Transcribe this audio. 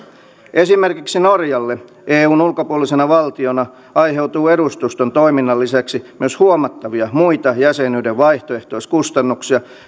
esimerkiksi norjalle eun ulkopuolisena valtiona aiheutuu edustuston toiminnan lisäksi myös huomattavia muita jäsenyyden vaihtoehtoiskustannuksia